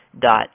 dot